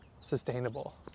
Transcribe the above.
sustainable